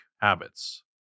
habits